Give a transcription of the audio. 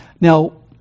Now